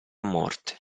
morte